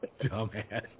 dumbass